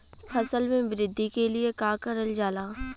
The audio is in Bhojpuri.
फसल मे वृद्धि के लिए का करल जाला?